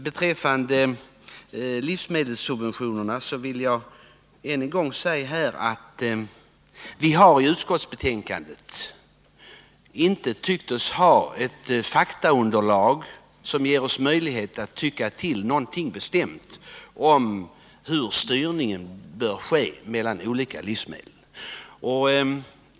Vad gäller livsmedelssubventionerna vill jag än en gång påpeka att vi i utskottet inte tyckt oss ha ett faktaunderlag som ger oss möjlighet att ta ställning till hur styrningen bör ske mellan olika livsmedel.